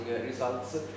results